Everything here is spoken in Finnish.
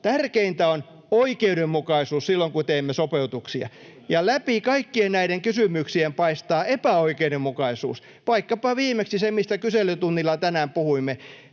Tärkeintä on oikeudenmukaisuus silloin, kun teemme sopeutuksia. Ja läpi kaikkien näiden kysymyksien paistaa epäoikeudenmukaisuus, vaikkapa viimeksi se, mistä kyselytunnilla tänään puhuimme.